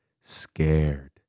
scared